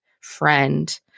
friend